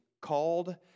called